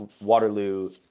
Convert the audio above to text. Waterloo